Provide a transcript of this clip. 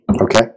Okay